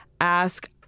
ask